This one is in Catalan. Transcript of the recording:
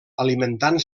alimentant